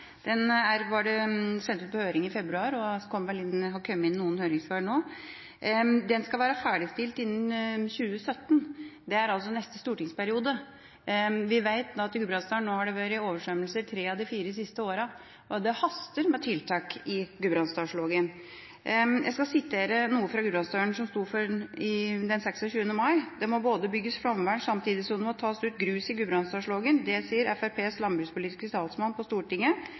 Det ble sendt ut på høring i februar, og det har vel kommet inn noen høringssvar nå. Planen skal være ferdigstilt innen 2017. Det er altså neste stortingsperiode. Vi vet at det i Gudbrandsdalen har vært oversvømmelse i tre av de fire siste årene, og det haster med tiltak i Gudbrandsdalslågen. Jeg skal sitere noe som ble sagt til NRK Hedmark og Oppland den 26. mai: «Det må både bygges flomvern, samtidig som det må tas ut grus i Gudbrandsdalslågen. Det sier Fremskrittspartiets landbrukspolitiske talsmann på Stortinget,